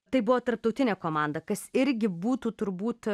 tai buvo tarptautinė komanda kas irgi būtų turbūt